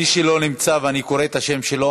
מי שלא נמצא ואני קורא את השם שלו,